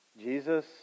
Jesus